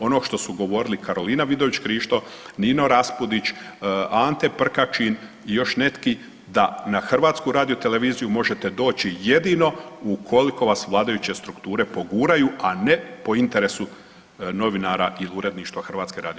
Ono što su govorili Karolina Vidović Krišto, Nino Raspudić, Ante Prkačin i još netki, da na HRT možete doći jedino ukoliko vas vladajuće strukture poguraju, a ne po interesu novinara i Uredništva HRT-a.